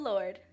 Lord